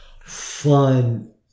fun